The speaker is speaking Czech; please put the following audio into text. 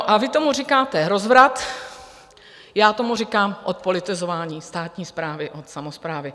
Vy tomu říkáte rozvrat, já tomu říkám odpolitizování státní správy od samosprávy.